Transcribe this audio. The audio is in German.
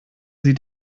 sie